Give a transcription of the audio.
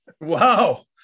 Wow